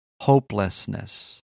hopelessness